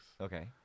Okay